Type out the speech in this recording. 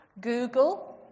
Google